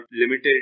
limited